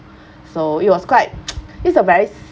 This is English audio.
so it was quite it's a very